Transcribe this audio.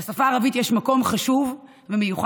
לשפה הערבית יש מקום חשוב ומיוחד,